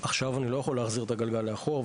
עכשיו אני לא יכול להחזיר את הגלגל לאחור,